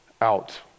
out